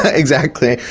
ah exactly.